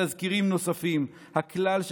29); תזכיר חוק הביטוח הלאומי (תיקון מס'